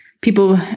people